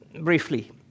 briefly